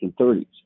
1930s